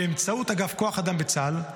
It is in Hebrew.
באמצעות אגף כוח אדם בצה"ל,